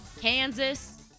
Kansas